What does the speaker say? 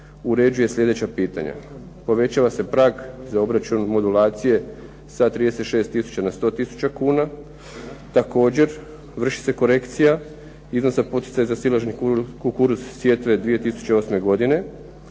uređuje sljedeća pitanja. Povećava se prag za obračun modulacije sa 36 tisuća na 100 tisuća kuna, također vrši se korekcija iznosa poticaja za … kukuruz sjetve 2008. godine,